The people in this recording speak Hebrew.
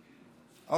לה.